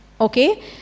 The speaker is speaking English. okay